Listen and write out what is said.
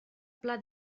pla